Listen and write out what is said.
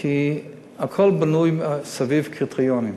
כי הכול בנוי סביב קריטריונים,